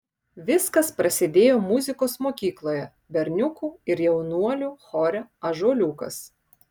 viskas prasidėjo muzikos mokykloje berniukų ir jaunuolių chore ąžuoliukas